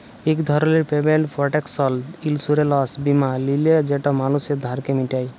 ইক ধরলের payment protection insurance বীমা লিলে যেট মালুসের ধারকে মিটায়